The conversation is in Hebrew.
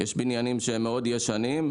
יש בניינים שהם מאוד ישנים,